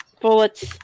Bullets